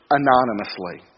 anonymously